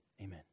Amen